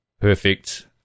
perfect